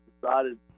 decided